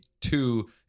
two